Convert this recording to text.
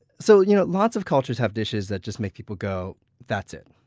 so you know lots of cultures have dishes that just make people go, that's it.